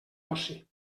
oci